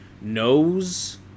knows